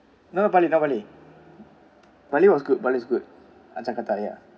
not bali not bali bali was good bali was good ah jakarta ya